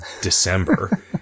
December